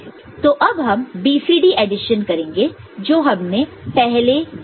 तो अब हम BCD एडिशन करेंगे जो हमने पहले देखा है